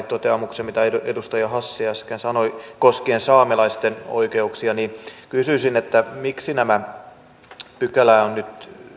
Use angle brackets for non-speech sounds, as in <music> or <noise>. <unintelligible> toteamukseen mitä edustaja hassi äsken sanoi koskien saamelaisten oikeuksia kysyisin miksi nämä pykälät on nyt